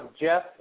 Jeff